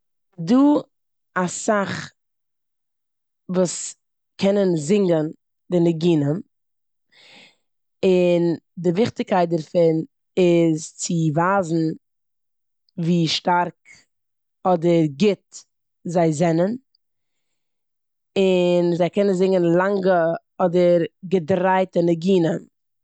דא אסאך וואס קענען זינגען די ניגונים און די וויכטיגקייט דערפון איז צו ווייזן ווי שטארק אדער גוט זיי זענען און זיי קענען זינגען לאנגע אדער געדרייטע ניגונים.